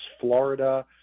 Florida